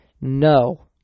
No